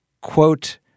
quote